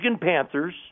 Panthers